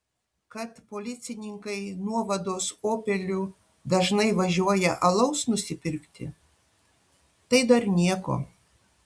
kad policininkai nuovados opeliu dažnai važiuoja alaus nusipirkti tai dar nieko